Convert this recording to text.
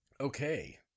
Okay